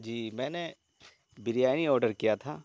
جی میں نے بریانی آڈر کیا تھا